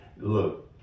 look